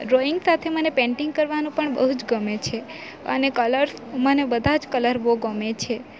drawing સાથે મને painting કરવાનું પણ બહુ જ ગમે છે અને કલર્સ મને બધા જ કલર્સ બહુ ગમે છે